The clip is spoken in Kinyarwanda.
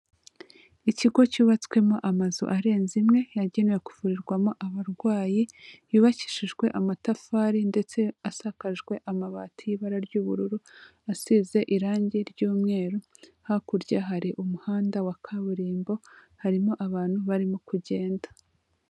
Ikigo cyubatswemo amazu arenze imwe yagenewe kuvurirwamo abarwayi, yubakishijwe amatafari ndetse asakajwe amabati y'ibara ry'ubururu, asize irangi ry'umweru, hakurya hari umuhanda wa kaburimbo harimo abantu barimo kugenda.